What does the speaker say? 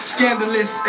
Scandalous